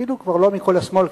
אפילו כבר לא מכל השמאל,